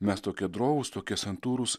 mes tokie drovūs tokie santūrūs